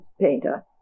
painter